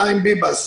חיים ביבס.